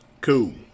Cool